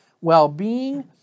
well-being